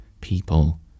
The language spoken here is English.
people